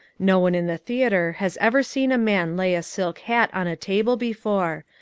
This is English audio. no one in the theater has ever seen a man lay a silk hat on a table before,